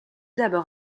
d’abord